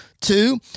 Two